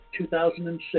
2006